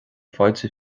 fáilte